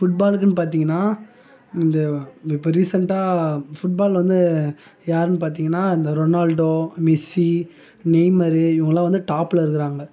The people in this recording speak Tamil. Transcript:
ஃபுட்பாலுக்குனு பார்த்தீங்கன்னா இந்த இப்போ ரீசன்ட்டா ஃபுட்பால் வந்து யாருன்னு பார்த்தீங்கன்னா இந்த ரொனால்டோ மிஸ்ஸி நெய்மரு இவங்களாம் வந்து டாப்பில் இருக்கிறாங்க